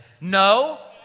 no